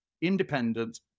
Independent